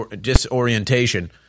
disorientation